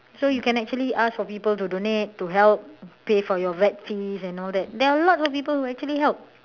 so you can actually ask for people to donate to help to pay for your vet fees and all that there are a lot of people who can actually help